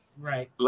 Right